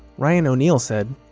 ryan o'neal said,